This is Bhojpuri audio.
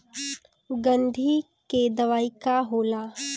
गंधी के दवाई का होला?